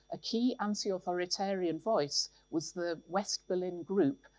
a key anti-authoritarian voice was the west berlin group,